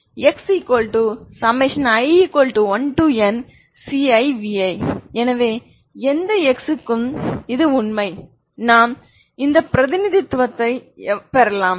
Xi1n ci vi எனவே எந்த X க்கும் இது உண்மை நாம் இந்த பிரதிநிதித்துவத்தை பெறலாம்